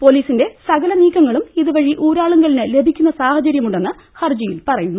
പൊലീസിന്റെ സകല നീക്ക ങ്ങളും ഇതുവഴി ഊരാളുങ്കലിന് ലഭിക്കുന്ന സാഹചര്യമുണ്ടെന്ന് ഹർജിയിൽ പറയുന്നു